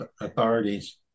authorities